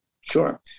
Sure